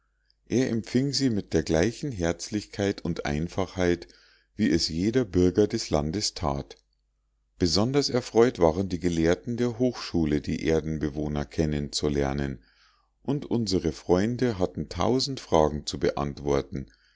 er empfing sie mit der gleichen herzlichkeit und einfachheit wie es jeder bürger des landes tat besonders erfreut waren die gelehrten der hochschule die erdenbewohner kennen zu lernen und unsere freunde hatten tausend fragen zu beantworten